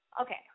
Okay